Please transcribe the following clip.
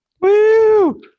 Woo